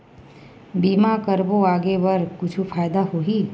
बीमा करबो आगे बर कुछु फ़ायदा होही?